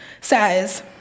says